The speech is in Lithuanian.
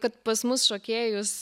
kad pas mus šokėjus